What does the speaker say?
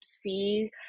see